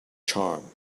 charm